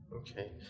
Okay